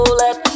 let